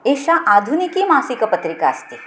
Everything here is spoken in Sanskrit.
एषा आधुनिकी मासिकपत्रिका अस्ति